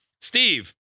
Steve